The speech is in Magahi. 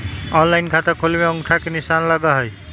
ऑनलाइन खाता खोले में अंगूठा के निशान लगहई?